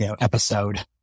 episode